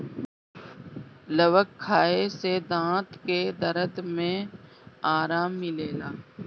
लवंग खाए से दांत के दरद में आराम मिलेला